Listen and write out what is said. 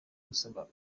gusaba